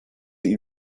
ihn